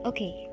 Okay